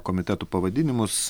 komitetų pavadinimus